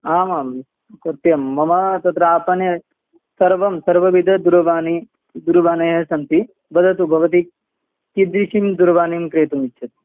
आम् आं सत्यं मम तत्र आपणे सर्वं सर्वविधदूरवाणी दूरवाण्यः सन्ति वदतु भवती कीदृशीं दूरवाणीं क्रेतुम् इच्छति